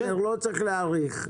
לא צריך להאריך.